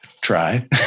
try